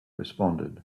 responded